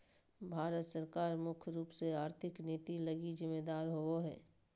भारत सरकार मुख्य रूप से आर्थिक नीति लगी जिम्मेदर होबो हइ